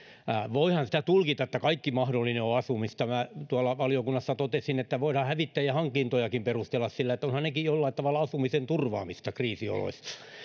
voihan sitä tulkita että kaikki mahdollinen on asumista minä tuolla valiokunnassa totesin että voidaan hävittäjähankintojakin perustella sillä että ovathan nekin jollain tavalla asumisen turvaamista kriisioloissa